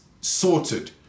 sorted